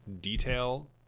detail